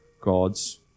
God's